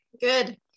Good